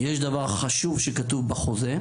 יש דבר חשוב שכתוב בחוזה,